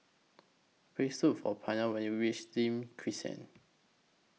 Please Look For Pryor when YOU REACH Nim Crescent